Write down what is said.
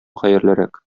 хәерлерәк